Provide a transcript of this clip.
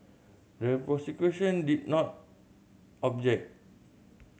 the prosecution did not object